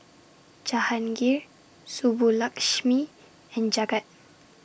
Jahangir Subbulakshmi and Jagat